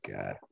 god